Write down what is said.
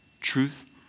truth